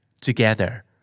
together